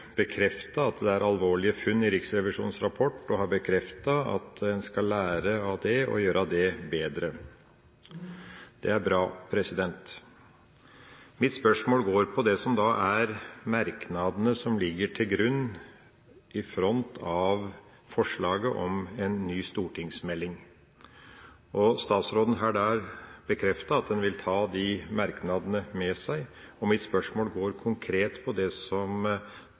bekreftet at det er alvorlige funn i Riksrevisjonens rapport, og har bekreftet at en skal lære av det og gjøre det bedre. Det er bra. Mitt spørsmål går på merknadene som ligger til grunn i front av forslaget om en ny stortingsmelding. Statsråden har der bekreftet at en vil ta de merknadene med seg, og mitt spørsmål går konkret på det som